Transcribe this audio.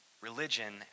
religion